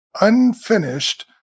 unfinished